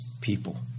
people